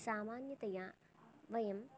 सामान्यतया वयं